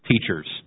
teachers